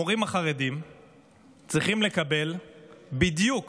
המורים החרדים צריכים לקבל בדיוק